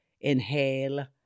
inhale